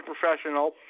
professional